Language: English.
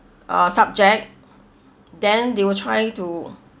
uh subject then they will try to